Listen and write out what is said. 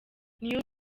new